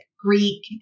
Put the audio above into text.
Greek